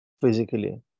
physically